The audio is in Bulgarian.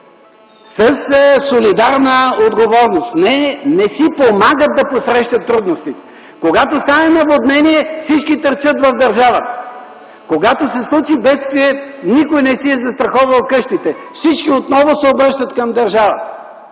солидарна отговорност. Не си помагат да посрещат трудностите. Когато стане наводнение, всички търчат в държавата. Когато се случи бедствие – никой не си е застраховал къщите. Всички отново се обръщат към държавата.